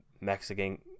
Mexican